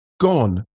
gone